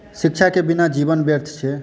शिक्षाके बिना जीवन व्यर्थ छै